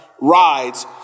rides